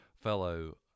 fellow